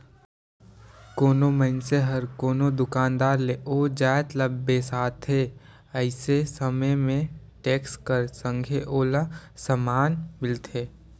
कोनो मइनसे हर कोनो दुकानदार ले ओ जाएत ल बेसाथे अइसे समे में टेक्स कर संघे ओला समान मिलथे